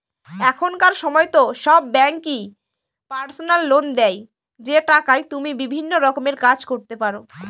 এখনকার সময়তো সব ব্যাঙ্কই পার্সোনাল লোন দেয় যে টাকায় তুমি বিভিন্ন রকমের কাজ করতে পারো